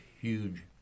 huge